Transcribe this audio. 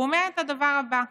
הוא אומר את הדבר הבא: